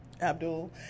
Abdul